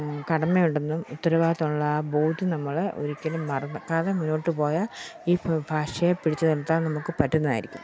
കടമായതുകൊണ്ടെന്നും ഉത്തരവാദിത്ത്വമുള്ള ബോദ്ധ്യം നമ്മളെ ഒരിക്കലും മറക്കാതെ മുന്നോട്ട് പോയാൽ ഈ ഭാഷയെ പിടിച്ചു നിർത്താൻ നമുക്ക് പറ്റുന്നതായിരിക്കും